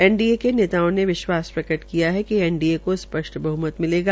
NDA नेताओं ने विश्वास प्रकट किया कि एनडीए को स्पष्ट बहमत मिलेगा